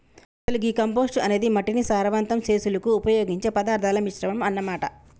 అసలు గీ కంపోస్టు అనేది మట్టిని సారవంతం సెసులుకు ఉపయోగించే పదార్థాల మిశ్రమం అన్న మాట